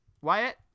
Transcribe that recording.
Wyatt